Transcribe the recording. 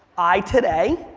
i today,